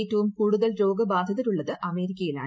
ഏറ്റവും കൂടുതൽ രോഗബാധിതരുള്ളത് അമേരിക്കയിലാണ്